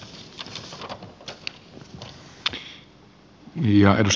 arvoisa herra puhemies